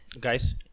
Guys